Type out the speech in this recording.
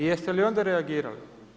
I jeste li onda reagirali?